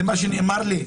זה מה שנאמר לי.